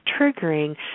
triggering